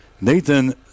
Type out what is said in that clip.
Nathan